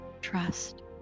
trust